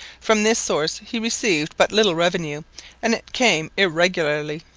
from this source he received but little revenue and it came irregularly.